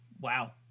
Wow